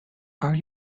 are